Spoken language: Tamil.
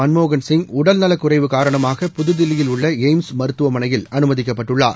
மன்மோகள் சிங் உடல்நலக் குறைவு காரணமாக புதுதில்லியில் உள்ள எய்ம்ஸ் மருத்துவமனையில் அனுமதிக்கப்பட்டுள்ளார்